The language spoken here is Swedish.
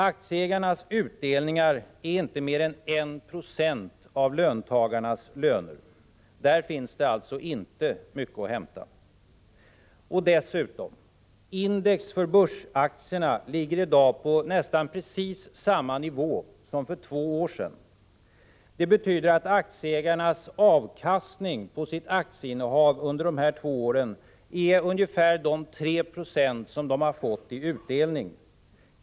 Aktieägarnas utdelningar är inte mer än 190 av löntagarnas löner. Där finns det alltså inte mycket att hämta. Och dessutom: index för börsaktierna ligger i dag på nästan precis samma nivå som för två år sedan. Det betyder att aktieägarnas avkastning på sitt aktieinnehav under de här två åren är ungefär de 390 som de har fått i utdelning.